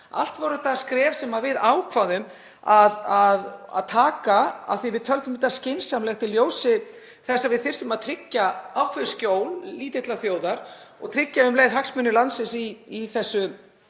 Allt voru þetta skref sem við ákváðum að taka af því að við töldum það skynsamlegt í ljósi þess að við þyrftum að tryggja ákveðið skjól lítillar þjóðar og tryggja um leið hagsmuni landsins í þessu